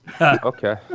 Okay